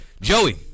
Joey